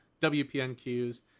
WPNQs